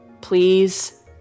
please